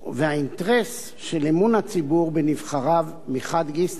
והאינטרס של אמון הציבור בנבחריו מחד גיסא,